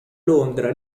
londra